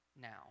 now